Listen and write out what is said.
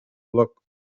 bloc